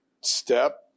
step